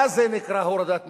מה זה נקרא הורדת מסים?